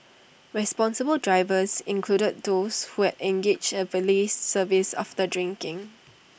responsible drivers included those who had engaged A valet service after drinking